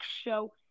Show